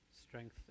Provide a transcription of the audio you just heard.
Strength